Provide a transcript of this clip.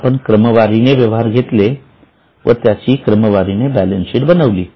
आपण क्रमवारीने व्यवहार घेतले व त्याची क्रमवारीने बॅलन्सशीट बनविली